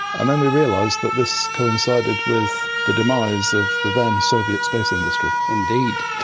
and then we realised that this coincided with the demise of the then soviet space industry. indeed.